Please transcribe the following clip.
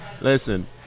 Listen